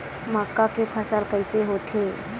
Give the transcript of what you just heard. मक्का के फसल कइसे होथे?